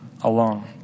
alone